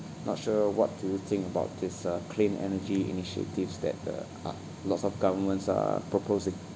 not sure what do you think about this uh clean energy initiatives that the ah lots of governments are proposing